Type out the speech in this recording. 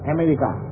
America